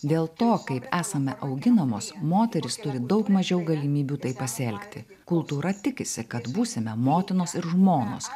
dėl to kaip esame auginamos moterys turi daug mažiau galimybių taip pasielgti kultūra tikisi kad būsime motinos ir žmonos